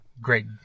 great